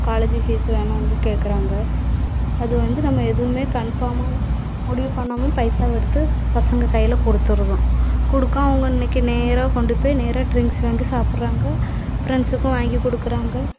college fees வேணும்னு கேட்குறாங்க அது வந்து நம்ம எதுவுமே கண்ஃபாமாக முடிவு பண்ணாமல் பைசாவை எடுத்து பசங்கள் கையில் கொடுத்துருதோம் கொடுக்க அவங்க இன்னைக்கு நேராக கொண்டு போய் நேராக ட்ரிங்க்ஸ் வாங்கி சாப்பிட்றாங்க ஃப்ரெண்ட்ஸுக்கும் வாங்கி கொடுக்குறாங்க